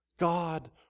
God